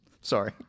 Sorry